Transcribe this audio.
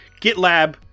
GitLab